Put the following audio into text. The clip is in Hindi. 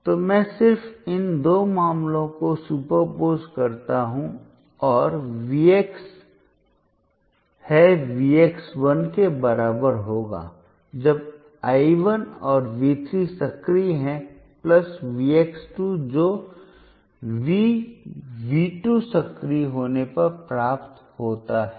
तो मैं सिर्फ इन दो मामलों को सुपरपोज कर सकता हूं औरVx Vx 1 के बराबर होगा जब I 1 और V3 सक्रिय हैं प्लस Vx 2 जो वी V 2 सक्रिय होने पर प्राप्त होता है